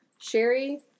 Sherry